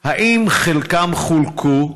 2. האם חלקם חולקו?